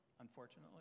unfortunately